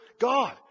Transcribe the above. God